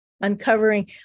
uncovering